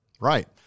Right